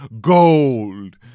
gold